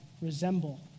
resemble